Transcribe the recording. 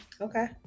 Okay